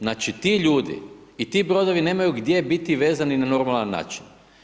Znači ti ljudi i ti brodovi nemaju gdje biti vezani na normalan način.